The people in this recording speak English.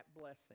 blessing